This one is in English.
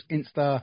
Insta